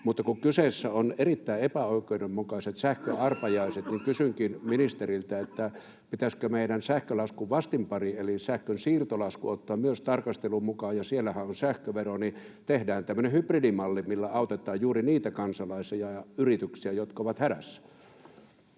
Mutta kun kyseessä on erittäin epäoikeudenmukaiset sähköarpajaiset, niin kysynkin ministeriltä: pitäisikö meidän ottaa myös sähkölaskun vastinpari eli sähkönsiirtolasku tarkasteluun mukaan? Siellähän on sähkövero. Tehdään tämmöinen hybridimalli, millä autetaan juuri niitä kansalaisia ja yrityksiä, jotka ovat hädässä.